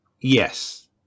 Yes